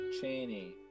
Cheney